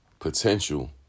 potential